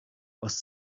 was